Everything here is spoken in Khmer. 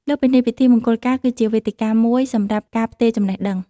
លើសពីនេះ ពិធីមង្គលការគឺជាវេទិកាមួយសម្រាប់ ការផ្ទេរចំណេះដឹង ។